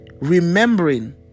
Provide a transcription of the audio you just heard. Remembering